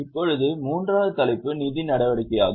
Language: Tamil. இப்போது மூன்றாவது தலைப்பு நிதி நடவடிக்கையாகும்